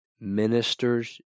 ministers